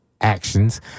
actions